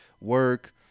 work